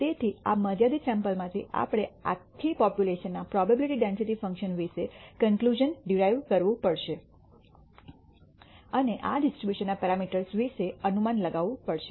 તેથી આ મર્યાદિત સૈમ્પલમાંથી આપણે આખી પોપ્યુલેશનના પ્રોબેબીલીટી ડેન્સિટી ફંકશન વિશે કન્ક્લૂશ઼ન ડીરાઇવ કરવું પડશે અને આ ડિસ્ટ્રીબ્યુશનના પેરામીટર્સ વિશે અનુમાન લગાવવું પડશે